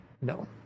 No